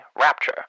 Rapture